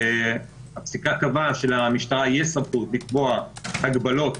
הפסיקה קבעה שלמשטרה יש סמכות לקבוע הגבלות